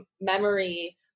memory